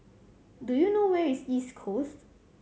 do you know where is East Coast